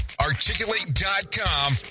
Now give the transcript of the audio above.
Articulate.com